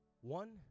One